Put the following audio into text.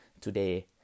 Today